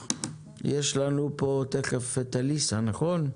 יש לנו פה תיכף את אליה פרוכט,